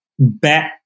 bet